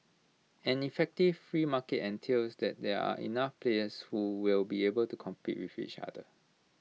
an effective free market entails that there are enough players who will be able to compete with each other